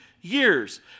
years